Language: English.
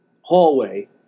hallway